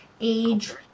age